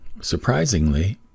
surprisingly